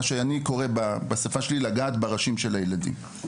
מה שאני קורא בשפה שלי: לגעת בראשים של הילדים.